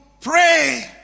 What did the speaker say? pray